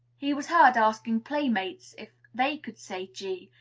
he was heard asking playmates if they could say g,